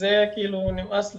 זה נמאס לנו.